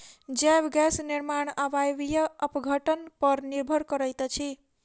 जैव गैस निर्माण अवायवीय अपघटन पर निर्भर करैत अछि